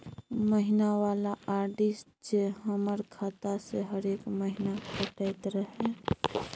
महीना वाला आर.डी जे हमर खाता से हरेक महीना कटैत रहे?